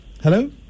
Hello